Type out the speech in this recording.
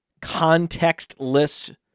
contextless